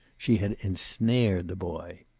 she had ensnared the boy.